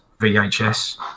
VHS